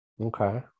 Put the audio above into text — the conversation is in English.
Okay